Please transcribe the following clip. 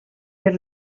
per